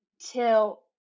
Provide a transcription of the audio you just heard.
till